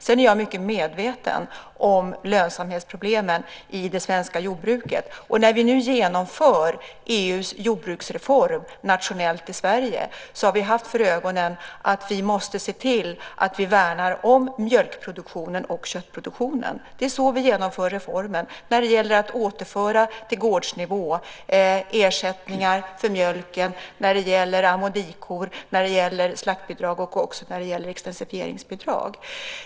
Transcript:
Sedan är jag mycket medveten om lönsamhetsproblemen i det svenska jordbruket. Och när vi nu genomför EU:s jordbruksreform nationellt i Sverige har vi haft för ögonen att vi måste se till att värna om mjölkproduktionen och köttproduktionen. Det är så vi genomför reformen när det gäller att återföra ersättningar till gårdsnivå för mjölken, när det gäller am och dikor, när det gäller slaktbidrag och också när det gäller extensifieringsbidrag.